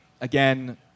Again